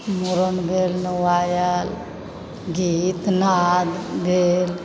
मुड़न भेल नौआ आयल गीत नाद भेल